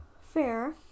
Fair